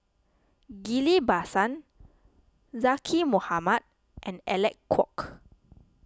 Ghillie Basan Zaqy Mohamad and Alec Kuok